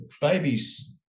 Babies